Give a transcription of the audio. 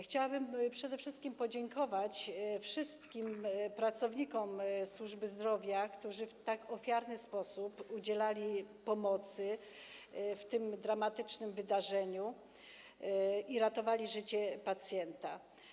Chciałabym przede wszystkim podziękować wszystkim pracownikom służby zdrowia, którzy w tak ofiarny sposób udzielali pomocy w trakcie tego dramatycznego wydarzenia i ratowali życie pacjenta.